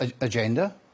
agenda